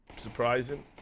Surprising